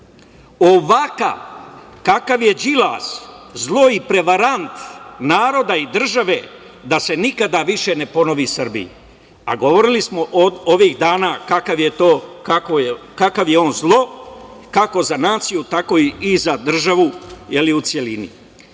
Ovakav kakav je Đilas, zlo i prevarant, naroda i države, da se nikada više ne ponovi Srbiji, a govorili smo ovih dana kakav je on zlo kako za naciju, tako i za državu u